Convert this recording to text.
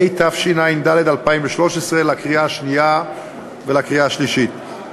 התשע"ד 2013, לקריאה השנייה ולקריאה השלישית.